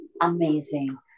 amazing